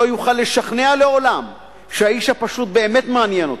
לא יוכל לשכנע לעולם שהאיש הפשוט באמת מעניין אותו.